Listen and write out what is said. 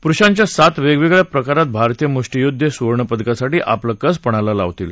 पुरुषांच्या सात वेगवेगळया प्रकारात भारतीय मृष्टीयोध्दे सुवर्णपदकासाठी आपला कस पणाला लावतील